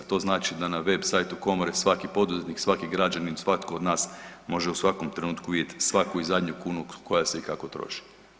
To znači da na websiteu komore svaki poduzetnik, svaki građanin, svatko od nas može u svakom trenutku vidjeti svaku i zadnju kunu koja se i kako troši.